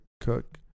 Cook